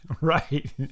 right